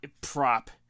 Prop